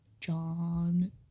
John